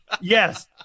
yes